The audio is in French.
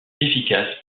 efficaces